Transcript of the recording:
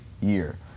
year